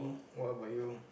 what about you